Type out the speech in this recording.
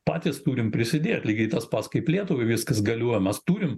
patys turim prisidėt lygiai tas pats kaip lietuvai viskas galioja mes turim